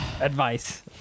advice